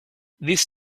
this